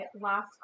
last